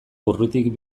urritik